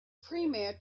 premier